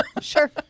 Sure